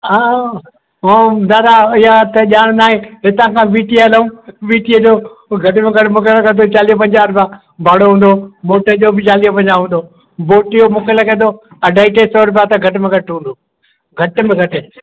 हा हा दादा इहा त ॼाण न आहे हितां खां वीटी हमूं वीटीअ जो घटि में घटि मुंहिंजे हिसाबु सां चालीह पंजाह रुपिया भाड़ो हूंदो बोट जो बि चालीह पंजाहु हूंदो बोट जो मूंखे लॻे तो अढाई टे सौ रुपिया त घटि में घटि हूंदो घटि में घटि